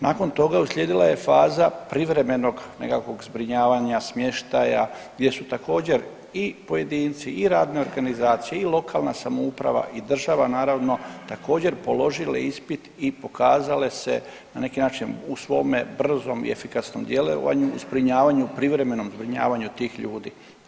Nakon toga uslijedila je faza privremenog nekakvog zbrinjavanja smještaja gdje su također i pojedinci i radne organizacije i lokalna samouprava i država naravno također položile ispit i pokazale se na neki način u svome brzom i efikasnom djelovanju, u zbrinjavanju, privremenom zbrinjavanju tih ljudi.